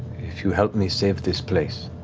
if you help me save this place,